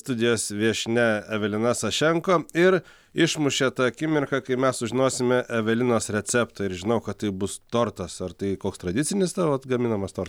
studijos viešnia evelina sašenko ir išmušė ta akimirka kai mes sužinosime evelinos receptą ir žinau kad tai bus tortas ar tai koks tradicinis tavo gaminamas tortas